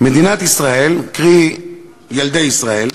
מדינת ישראל, קרי ילדי ישראל,